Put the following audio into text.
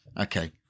okay